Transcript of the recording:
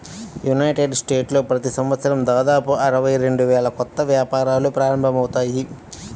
United స్టేట్స్లో ప్రతి సంవత్సరం దాదాపు అరవై రెండు వేల కొత్త వ్యాపారాలు ప్రారంభమవుతాయి